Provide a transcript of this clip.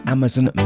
Amazon